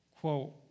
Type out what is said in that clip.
quote